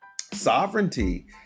sovereignty